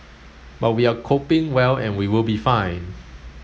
but we are coping well and we will be fine